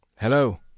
Hello